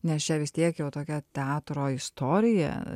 nes čia vis tiek jau tokia teatro istorija